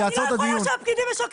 אני לא יכולה שהפקידים משקרים.